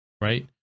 right